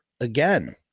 again